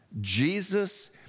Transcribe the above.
Jesus